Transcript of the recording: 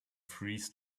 freeze